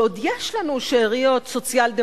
שעוד יש לנו שאריות סוציאל-דמוקרטיות,